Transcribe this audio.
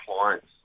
clients